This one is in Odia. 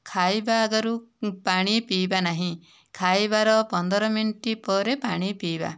ଖାଇବା ଆଗରୁ ପାଣି ପିଇବା ନାହିଁ ଖାଇବାର ପନ୍ଦର ମିନିଟ ପରେ ପାଣି ପିଇବା